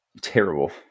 terrible